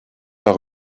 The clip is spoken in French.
par